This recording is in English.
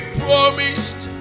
promised